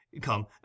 Come